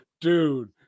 Dude